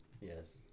Yes